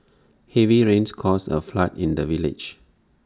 heavy rains caused A flood in the village